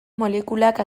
molekulak